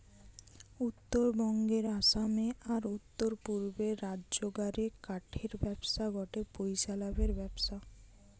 উত্তরবঙ্গে, আসামে, আর উততরপূর্বের রাজ্যগা রে কাঠের ব্যবসা গটে পইসা লাভের ব্যবসা